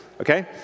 okay